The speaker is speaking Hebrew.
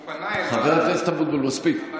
הוא פנה אליי, חבר הכנסת אבוטבול, מספיק.